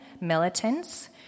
militants